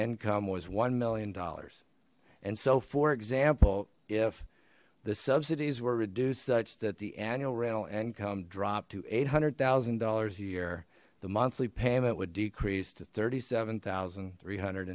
income was one million dollars and so for example if the subsidies were reduced such that the annual rental income dropped to eight hundred thousand dollars a year the monthly payment would decrease to thirty seven thousand three hundred